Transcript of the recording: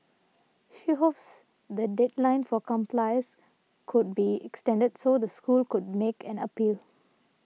she hopes the deadline for compliance could be extended so the school could make an appeal